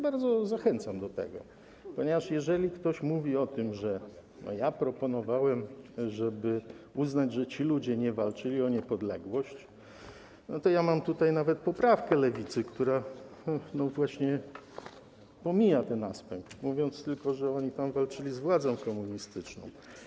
Bardzo zachęcam do tego, ponieważ jeżeli ktoś mówi o tym, że proponowałem, żeby uznać, że ci ludzie nie walczyli o niepodległość, to mam tutaj poprawkę Lewicy, która właśnie pomija ten aspekt, bo mówi się w niej tylko, że oni tam walczyli z władzą komunistyczną.